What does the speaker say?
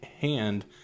hand